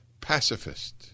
pacifist